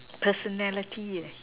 personality eh